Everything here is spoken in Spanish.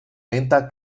lenta